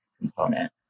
component